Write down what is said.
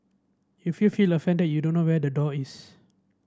if you feel offended you don't know where the door is